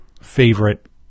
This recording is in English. favorite